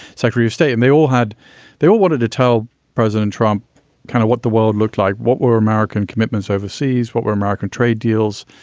secretary stay. and they all had they all wanted to tell president trump kind of what the world looked like, what were american commitments overseas, what were american trade deals.